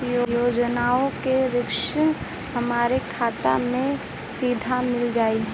योजनाओं का राशि हमारी खाता मे सीधा मिल जाई?